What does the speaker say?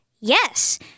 Yes